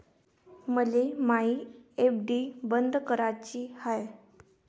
मले मायी एफ.डी बंद कराची हाय